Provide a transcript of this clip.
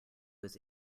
his